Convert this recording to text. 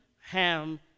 Ham